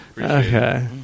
Okay